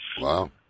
Wow